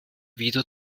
wieder